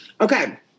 Okay